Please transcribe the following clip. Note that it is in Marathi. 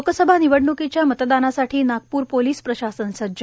लोकसभा निवडण्कीच्या मतदानासाठी नागपूर पोलीस प्रशासन सज्ज